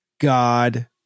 God